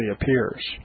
appears